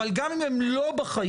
אבל גם אם הם לא בחיים,